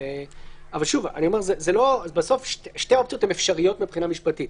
אבל בסוף שתי האופציות הן אפשריות מבחינה משפטית.